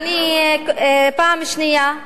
פעם שנייה,